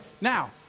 Now